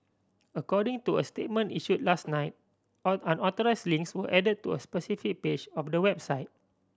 according to a statement issued last night unauthorised links were added to a specific page of the website